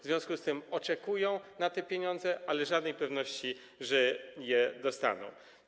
W związku z tym oczekują na te pieniądze, ale nie mają żadnej pewności, że je dostaną.